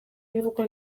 imvugo